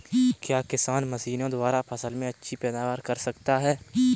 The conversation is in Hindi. क्या किसान मशीनों द्वारा फसल में अच्छी पैदावार कर सकता है?